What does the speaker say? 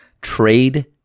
trade